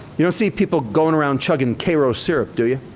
you don't see people going around chugging karo syrup, do you?